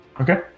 Okay